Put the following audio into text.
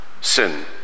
sin